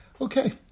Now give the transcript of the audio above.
Okay